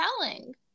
telling